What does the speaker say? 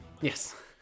Yes